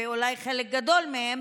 ואולי חלק גדול מהם,